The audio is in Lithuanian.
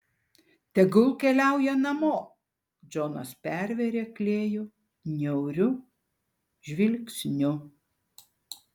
tegul keliauja namo džonas pervėrė klėjų niauriu žvilgsniu